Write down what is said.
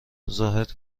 زاهد